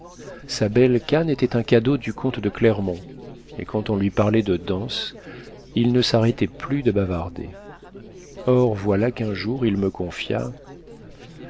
sa belle canne était un cadeau du comte de clermont et quand on lui parlait de danse il ne s'arrêtait plus de bavarder or voilà qu'un jour il me confia